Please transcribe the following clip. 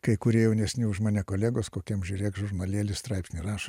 kai kurie jaunesni už mane kolegos kokiam žiūrėk žurnalėly straipsnį rašo